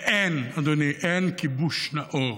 ואין, אדוני, אין כיבוש נאור.